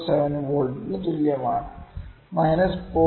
07 V തുല്യമാണ് minus 0